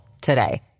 today